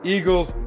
Eagles